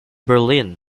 berlin